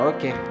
Okay